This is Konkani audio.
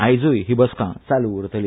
आयजूय ही बसका चालू उरतली